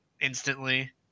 instantly